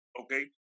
okay